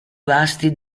vasti